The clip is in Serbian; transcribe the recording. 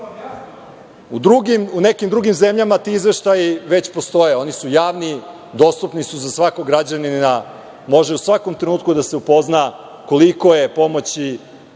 nekim drugim zemljama ti izveštaji već postoje. Oni su javni i dostupni su za svakog građanina. Može u svakom trenutku da se upozna koliko je pomoći